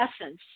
essence